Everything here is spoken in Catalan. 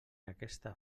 aquesta